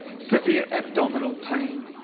severe abdominal pain,